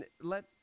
let